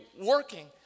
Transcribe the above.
working